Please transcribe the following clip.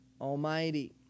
Almighty